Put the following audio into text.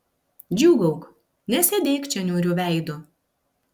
džiūgauk nesėdėk čia niauriu veidu